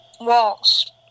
walls